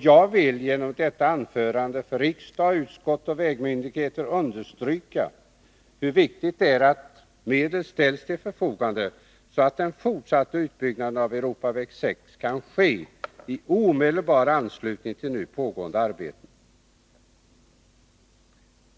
jag vill genom detta anförande för riksdag, utskott och vägmyndigheter understryka hur viktigt det är att medel ställs till förfogande, så att den fortsatta utbyggnaden av Europaväg 6 kan ske i omedelbar anslutning till nu pågående arbeten.